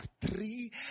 three